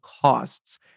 costs